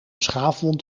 schaafwond